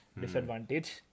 disadvantage